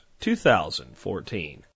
2014